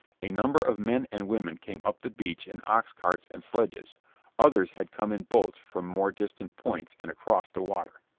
a number of men and women came up the beach in oxcarts and sledges others had come in boats from more distant points and across the water.